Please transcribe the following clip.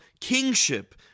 kingship